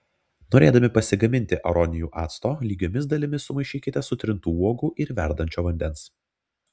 norėdami pasigaminti aronijų acto lygiomis dalimis sumaišykite sutrintų uogų ir verdančio vandens